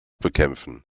bekämpfen